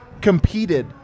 competed